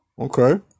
Okay